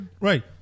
Right